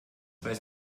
weiß